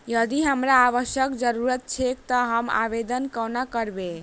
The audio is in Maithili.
यदि हमरा आवासक जरुरत छैक तऽ हम आवेदन कोना करबै?